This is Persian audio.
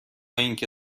اینکه